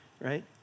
right